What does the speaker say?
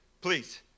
please